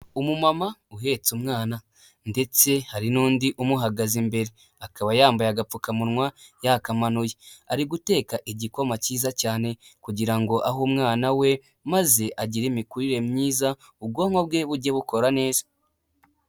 Umu mama uhetse umwana ndetse hari n'undi umuhagaze imbere, akaba yambaye agapfukamunwa yakamanuye, ari guteka igikoma cyiza cyane kugira ngo ahe umwana we maze agire imikurire myiza, ubwonko bwe bujye bukora neza.